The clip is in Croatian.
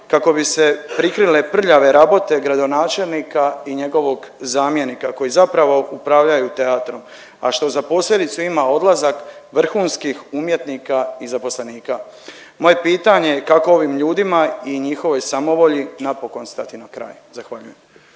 kako bi se prikrile prljave rabote gradonačelnika i njegovog zamjenika koji zapravo upravljaju teatrom, a što za posljedicu ima odlazak vrhunskih umjetnika i zaposlenika. Moje pitanje je kako ovim ljudima i njihovoj samovolji napokon stati na kraj? Zahvaljujem.